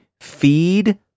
feed